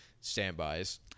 standbys